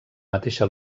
mateixa